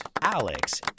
Alex